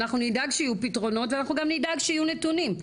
אנחנו נדאג שיהיו פתרונות ואנחנו נדאג שיהיו נתונים.